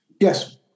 Yes